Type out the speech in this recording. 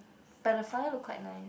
but the fire look quite nice